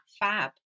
Fab